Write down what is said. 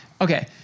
Okay